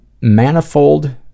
Manifold